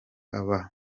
aba